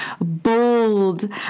bold